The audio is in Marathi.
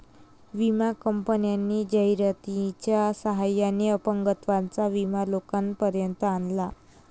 विमा कंपन्यांनी जाहिरातीच्या सहाय्याने अपंगत्वाचा विमा लोकांपर्यंत आणला